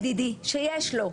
ידידי שיש לו,